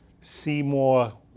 Seymour